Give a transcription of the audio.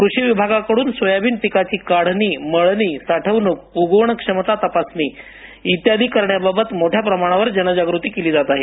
कृषी विभागाकडून सोयाबीन पिकाची काढणी मळणी साठवणूक उगवण क्षमता तपासणी करण्याबाबत मोठ्या प्रमाणावर जनजागृती केली जात आहे